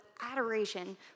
adoration